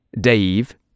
Dave